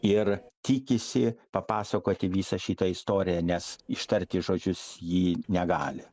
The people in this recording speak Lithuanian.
ir tikisi papasakoti visą šitą istoriją nes ištarti žodžius ji negali